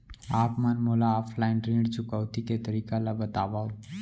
आप मन मोला ऑफलाइन ऋण चुकौती के तरीका ल बतावव?